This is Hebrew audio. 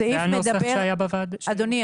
אדוני,